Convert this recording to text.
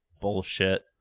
bullshit